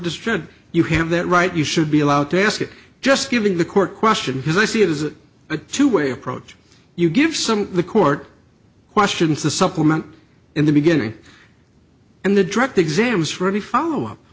destroyed you have that right you should be allowed to ask it just giving the court question because i see it as a two way approach you give some of the court questions to supplement in the beginning and the direct exams for any follow up